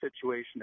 situation